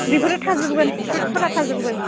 बेफोरो थाजोबगोन फ्रुइट्सफोरा थाजोबगोन